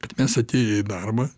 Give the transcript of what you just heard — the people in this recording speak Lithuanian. kad mes atėję į darbą